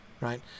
right